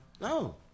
No